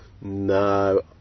No